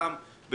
רם שפע,